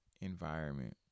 environment